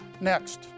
Next